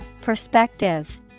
Perspective